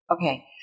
Okay